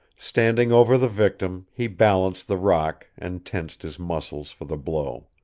standing over the victim, he balanced the rock and tensed his muscles for the blow.